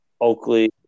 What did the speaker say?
Oakley